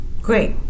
Great